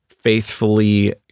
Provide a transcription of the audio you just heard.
faithfully